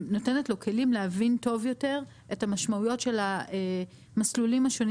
נותנת לו כלים להבין טוב יותר את המשמעויות של המסלולים השונים